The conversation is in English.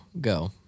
go